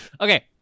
Okay